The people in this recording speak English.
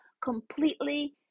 completely